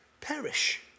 perish